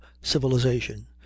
civilization